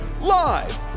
live